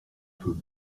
peu